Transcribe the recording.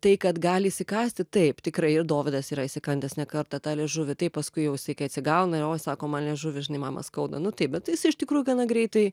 tai kad gali įkąsti taip tikrai ir dovydas yra įsikandęs ne kartą tą liežuvį tai paskui jau isai kai atsigauna ir oi sako man liežuvį žinai mama skauda nu taip bet is iš tikrųjų gana greitai